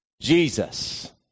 Jesus